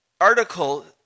article